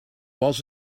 was